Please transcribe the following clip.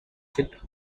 get